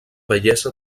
bellesa